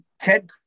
Ted